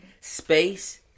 Space